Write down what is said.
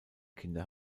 kinder